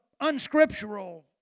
unscriptural